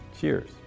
Cheers